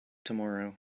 tomorrow